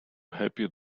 happy